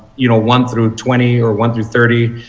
you know one through twenty or one through thirty.